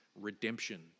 redemption